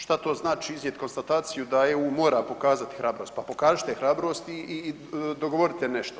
Što to znači iznijeti konstataciju da EU mora pokazati hrabrost, pa pokažite hrabrost i dogovorite nešto.